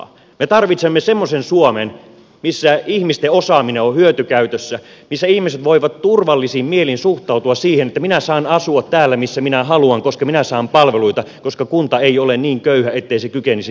me tarvitsemme semmoisen suomen missä ihmisten osaaminen on hyötykäytössä missä ihmiset voivat turvallisin mielin suhtautua siihen että minä saan asua täällä missä minä haluan koska minä saan palveluita koska kunta ei ole niin köyhä ettei se kykenisi hoitamaan minun palveluitani